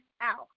out